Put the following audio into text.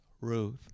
Ruth